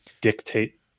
dictate